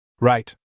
Right